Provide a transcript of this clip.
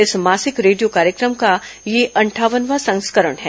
इस मासिक रेडियो कार्यक्रम का यह अंठावनवां संस्करण है